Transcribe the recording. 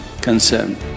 concern